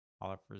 Oliver